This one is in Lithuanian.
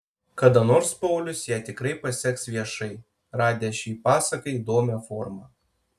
kada nors paulius ją tikrai paseks viešai radęs šiai pasakai įdomią formą